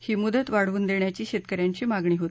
ही मुदत वाढवून देण्याची शेतकन्यांची मागणी होती